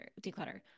declutter